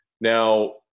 Now